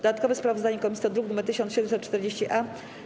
Dodatkowe sprawozdanie komisji to druk nr 1740-A.